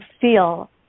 feel